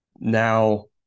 Now